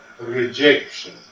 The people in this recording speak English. rejection